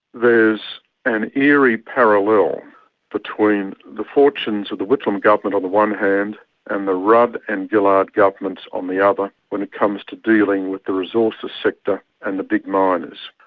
there's an eerie parallel between the fortunes of the whitlam government on the one hand and the rudd and gillard governments on the other when it comes to dealing with the resources sector and the big miners.